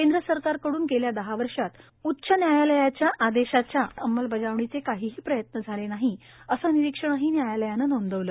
केंद्र सरकारकडुन गाप्त्या दहा वर्षात उच्च न्यायालयाच्या आदश्वाच्या अंमलबजावणीच काहीही प्रयत्न झाल नाही असं निरीक्षणही न्यायालयानं नोंदवलं